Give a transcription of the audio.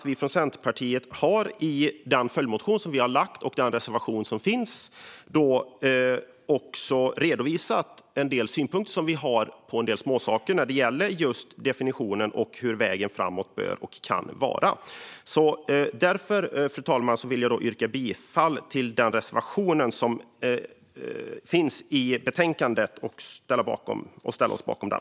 Vi från Centerpartiet har dock i den följdmotion som vi har lagt fram och i den reservation som finns redovisat en del synpunkter som vi har på en del småsaker när det gäller just definitionen och hur vägen framåt bör och kan vara. Därför, fru talman, vill jag yrka bifall till den reservation som finns i betänkandet. Vi ställer oss bakom den.